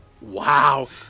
Wow